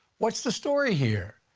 what's the story here?